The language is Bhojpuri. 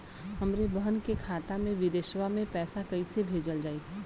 हमरे बहन के खाता मे विदेशवा मे पैसा कई से भेजल जाई?